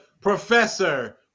Professor